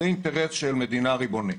זה אינטרס של מדינה ריבונית.